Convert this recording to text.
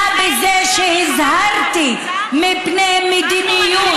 הייתי שונה בזה שהזהרתי מפני מדיניות,